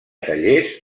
tallers